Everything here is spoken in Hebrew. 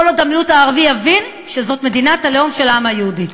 כל עוד המיעוט הערבי יבין שזאת מדינת הלאום של העם היהודי.